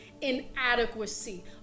inadequacy